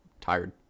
tired